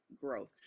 growth